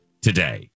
today